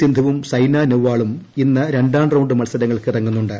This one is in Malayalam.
സിന്ധുവും സൈന നെഹ്വാളും ഇന്ന് രണ്ടാം റൌണ്ട് മത്സരങ്ങൾക്ക് ഇറങ്ങുന്നുണ്ട്